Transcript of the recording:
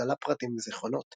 מהם דלה פרטים וזכרונות.